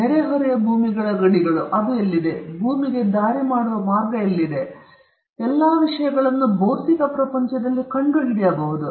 ನೆರೆಹೊರೆಯ ಭೂಮಿಗಳ ಗಡಿಗಳು ಮತ್ತು ಅದು ಎಲ್ಲಿದೆ ಭೂಮಿಗೆ ದಾರಿ ಮಾಡುವ ಮಾರ್ಗ ಎಲ್ಲಿದೆ ಎಲ್ಲಾ ವಿಷಯಗಳನ್ನು ಭೌತಿಕ ಪ್ರಪಂಚದಲ್ಲಿ ಕಂಡುಹಿಡಿಯಬಹುದು